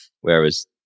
whereas